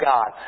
God